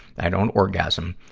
i don't orgasm.